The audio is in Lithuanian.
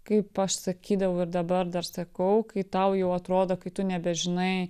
kaip aš sakydavau ir dabar dar sakau kai tau jau atrodo kai tu nebežinai